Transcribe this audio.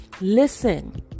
listen